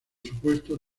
supuesto